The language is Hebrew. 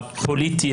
הפוליטי,